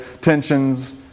Tensions